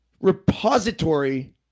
repository